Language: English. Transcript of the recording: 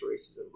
racism